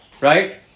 Right